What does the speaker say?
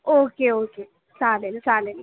okay okay चालेल चालेल